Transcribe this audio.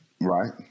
Right